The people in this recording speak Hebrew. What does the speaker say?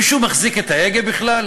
מישהו מחזיק את ההגה בכלל,